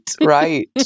right